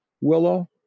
Willow